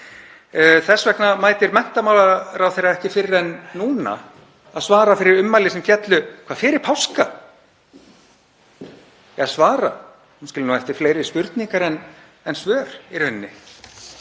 Þess vegna mætir menntamálaráðherra ekki fyrr en núna að svara fyrir ummæli sem féllu fyrir páska — eða svara, hún skilur nú eftir fleiri spurningar en svör í rauninni.